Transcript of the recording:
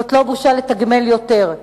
זאת לא בושה לתגמל יותר,